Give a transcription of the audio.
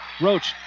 Roach